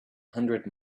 hundred